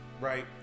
Right